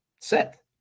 set